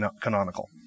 canonical